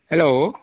hello